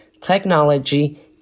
technology